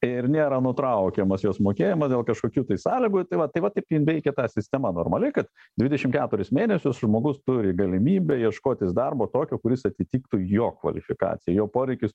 ir nėra nutraukiamas jos mokėjimas dėl kažkokių tai sąlygų tai va tai va taip jin veikia ta sistema normaliai kad dvidešim keturis mėnesius žmogus turi galimybę ieškotis darbo tokio kuris atitiktų jo kvalifikaciją jo poreikius